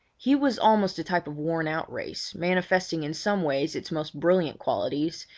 he was almost a type of worn out race, manifesting in some ways its most brilliant qualities,